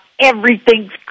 everything's